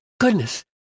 goodness